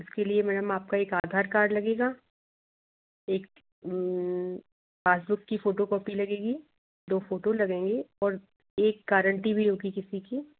इसके लिए मैडम आपका एक आधार कार्ड लगेगा एक पासबुक की फ़ोटो कॉपी लगेगी दो फ़ोटो लगेंगे और एक गारेंटी भी होगी किसी की